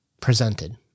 presented